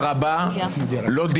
אהה, זה משהו